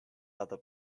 other